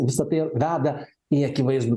visa tai ir veda į akivaizdų